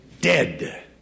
dead